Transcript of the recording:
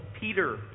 Peter